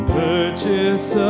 purchase